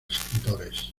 escritores